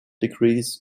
degrees